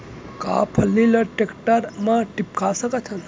का फल्ली ल टेकटर म टिपका सकथन?